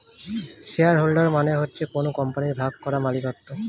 share holder মানে হচ্ছে কোন কোম্পানির ভাগ করা মালিকত্ব